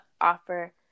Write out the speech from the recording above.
offer